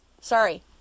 Sorry